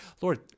Lord